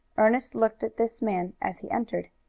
ernest looked at this man as he entered.